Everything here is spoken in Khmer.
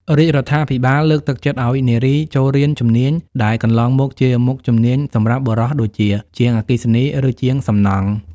រាជរដ្ឋាភិបាលលើកទឹកចិត្តឱ្យនារីចូលរៀនជំនាញដែលកន្លងមកជាមុខជំនាញសម្រាប់បុរសដូចជា ជាងអគ្គិសនី ឬជាងសំណង់។